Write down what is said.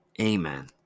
Amen